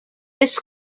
this